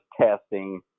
testing